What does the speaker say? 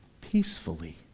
peacefully